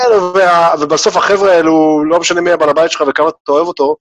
ובסוף החבר'ה האלו לא משנה מי הבעל בית שלך וכמה אתה אוהב אותו